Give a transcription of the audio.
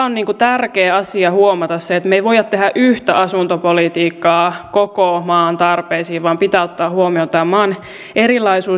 on tärkeä asia huomata se että me emme voi tehdä yhtä asuntopolitiikkaa koko maan tarpeisiin vaan pitää ottaa huomioon tämä erilaisuus